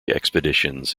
expeditions